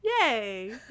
Yay